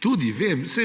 tudi vem, saj